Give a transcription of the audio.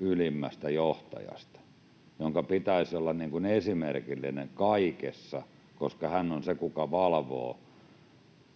ylimmästä johtajasta, jonka pitäisi olla esimerkillinen kaikessa, koska hän on se, joka valvoo